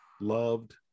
loved